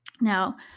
Now